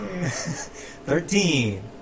Thirteen